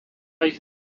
ich